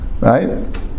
right